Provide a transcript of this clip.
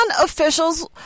officials